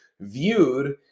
viewed –